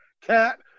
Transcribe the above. Cat